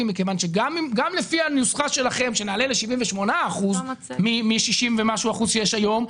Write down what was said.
מכיוון שגם לפי הנוסחה שלכם שנעלה ל-78 אחוזים מ-60 ומשהו אחוזים שיש היום,